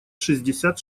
шестьдесят